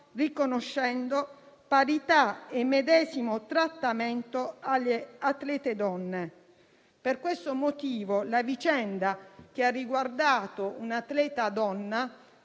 riconoscendo parità e medesimo trattamento alle atlete donne. Per questo motivo la vicenda che ha riguardato un'atleta donna